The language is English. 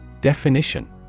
Definition